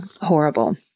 horrible